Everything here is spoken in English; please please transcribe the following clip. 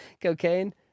Cocaine